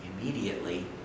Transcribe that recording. Immediately